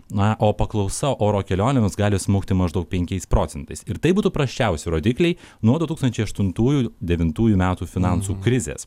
na o paklausa oro kelionėms gali smukti maždaug penkiais procentais ir tai būtų prasčiausi rodikliai nuo du tūkstančiai aštuntųjų devintųjų metų finansų krizės